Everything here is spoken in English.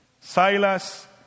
Silas